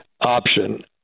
option